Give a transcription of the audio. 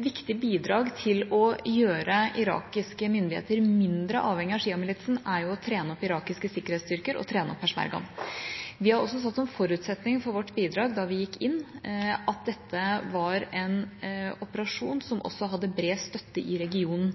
viktig bidrag for å gjøre irakiske myndigheter mindre avhengig av sjiamilitsen er jo å trene opp irakiske sikkerhetsstyrker og trene opp peshmergaen. Vi satte også som forutsetning for vårt bidrag da vi gikk inn, at dette var en operasjon som også hadde bred støtte i regionen.